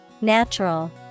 Natural